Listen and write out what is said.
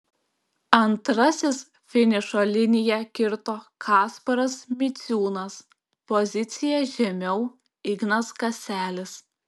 antrasis finišo liniją kirto kasparas miciūnas pozicija žemiau ignas kaselis